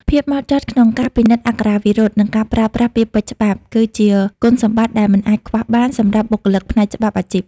ភាពហ្មត់ចត់ក្នុងការពិនិត្យអក្ខរាវិរុទ្ធ និងការប្រើប្រាស់ពាក្យពេចន៍ច្បាប់ គឺជាគុណសម្បត្តិដែលមិនអាចខ្វះបានសម្រាប់បុគ្គលិកផ្នែកច្បាប់អាជីព។